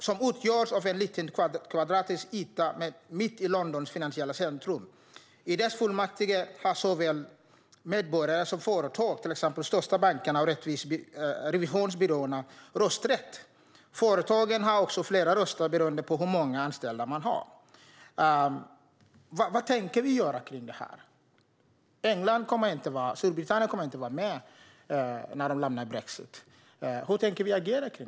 Den utgörs av en liten kvadratisk yta mitt i Londons finansiella centrum. I dess fullmäktige har såväl medborgare som företag, till exempel de största bankerna och revisionsbyråerna, rösträtt. Företagen har också flera röster beroende på hur många anställda de har. Vad tänker vi göra åt detta? Storbritannien kommer inte att vara med när det lämnar med brexit. Hur tänker vi agera?